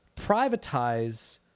privatize